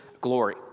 glory